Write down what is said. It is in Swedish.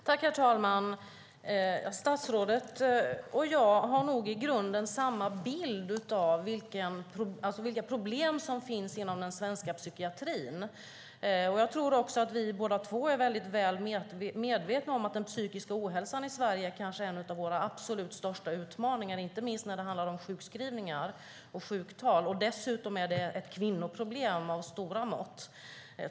Herr talman! Statsrådet och jag har nog i grunden samma bild av vilka problem som finns inom den svenska psykiatrin. Jag tror också att vi båda två är väl medvetna om att den psykiska ohälsan i Sverige är en av våra absolut största utmaningar, inte minst när det handlar om sjukskrivningar och sjuktal. Dessutom är det ett kvinnoproblem av stora mått.